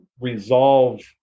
resolve